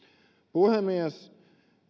puhemies